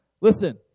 Listen